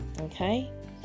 Okay